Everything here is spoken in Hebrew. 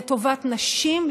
לטובת נשים,